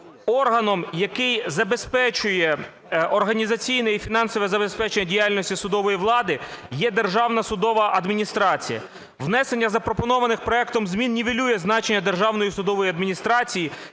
органом, який забезпечує організаційне і фінансове забезпечення діяльності судової влади, є Державна судова адміністрація. Внесення запропонованих проектом змін нівелює значення Державної судової адміністрації